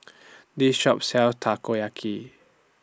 This Shop sells Takoyaki